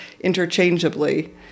interchangeably